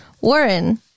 Warren